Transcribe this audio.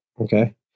Okay